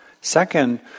second